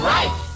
Right